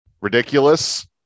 ridiculous